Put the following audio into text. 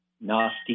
nasty